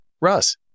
Russ